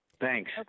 Thanks